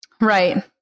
right